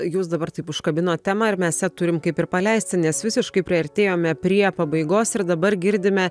jūs dabar taip užkabinot temą ir mes ją turim kaip ir paleisti nes visiškai priartėjome prie pabaigos ir dabar girdime